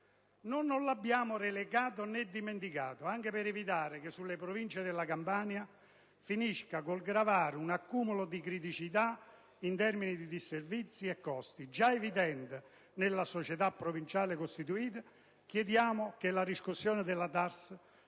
non lo abbiamo relegato né dimenticato; e anche per evitare che sulle Province della Campania finisca col gravare un accumulo di criticità in termini di disservizi e costi, già evidente nella società provinciale costituita, chiediamo che la riscossione della TARSU